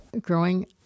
growing